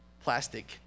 plastic